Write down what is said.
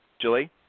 Julie